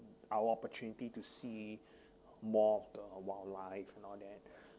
our opportunity to see more of the wildlife and all that